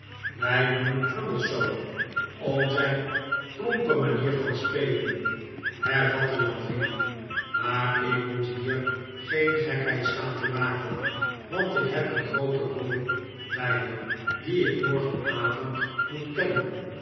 wij noemen crummies zoo om zijn tab nikolaas nickleby plompe manier van spelen hervatte lenville maar ik moet hier geen gekheid staan maken want ik heb een groote rol bij me die ik morgenavond moet kennen